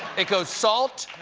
it goes salt,